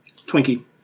Twinkie